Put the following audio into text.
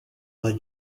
her